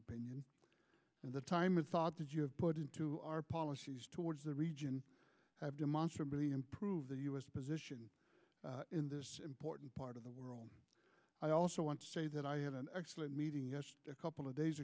opinion and the time and thought did you have put into our policies towards the region have demonstrably improve the u s position in this important part of the world i also want to say that i had an excellent meeting a couple of days